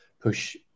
push